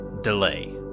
delay